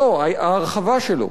לא, לא, ההרחבה שלו.